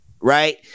Right